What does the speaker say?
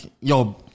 Yo